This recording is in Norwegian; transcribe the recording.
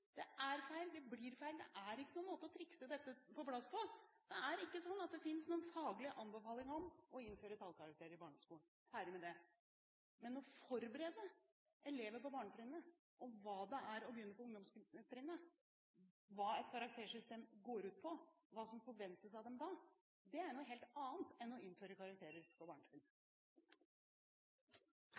det er feil og blir feil. Det er ingen måte å trikse dette på plass på. Det er ikke sånn at det finnes noen faglig anbefaling om å innføre tallkarakterer i barneskolen – ferdig med det! Men å forberede elever på barnetrinnet på hva det vil si å begynne på ungdomstrinnet, hva et karaktersystem går ut på, og hva som forventes av dem da, er jo noe helt annet enn å innføre karakterer på barnetrinnet.